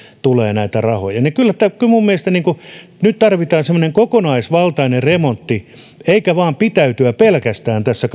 tulee näitä rahoja kyllä mielestäni nyt tarvitaan semmoinen kokonaisvaltainen remontti eikä tule vain pitäytyä pelkästään tässä